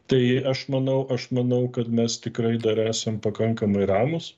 tai aš manau aš manau kad mes tikrai dar esam pakankamai ramūs